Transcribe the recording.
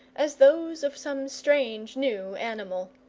as those of some strange new animal.